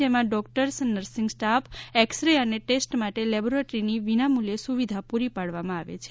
જેમાં doctors nursing staff X ray અને test માટે લેબોરેટરીની વિનામૂલ્યે સુવિધા પૂરી પાડવામાં આવે છે